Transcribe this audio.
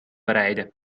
bereiden